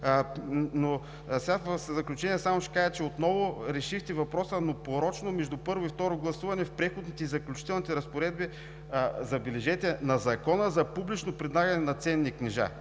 положение. В заключение само ще кажа, че отново решихте въпроса, но порочно, между първо и второ гласуване в Преходните и заключителните разпоредби, забележете, на Закона за публично предлагане на ценни книжа!